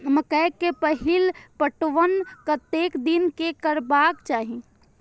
मकेय के पहिल पटवन कतेक दिन में करबाक चाही?